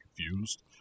confused